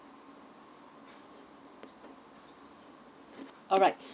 alright